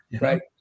Right